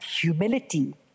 humility